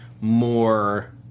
more